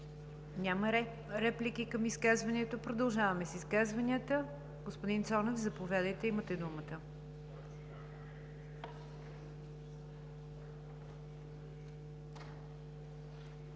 Няма реплики към изказването. Продължаваме с изказванията. Господин Цонев, заповядайте, имате думата.